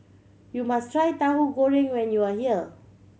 you must try Tauhu Goreng when you are here